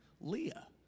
Leah